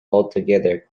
altogether